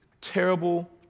terrible